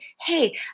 hey